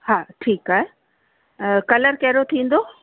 हा ठीकु आहे कलर कहिड़ो थींदो